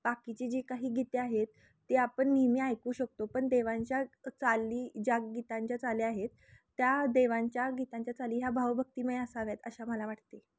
बाकीची जी काही गीते आहेत ती आपण नेहमी ऐकू शकतो पण देवांच्या चाली ज्या गीतांच्या चाली आहेत त्या देवांच्या गीतांच्या चाली ह्या भावभक्तीमय असाव्यात असे मला वाटते